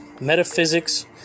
metaphysics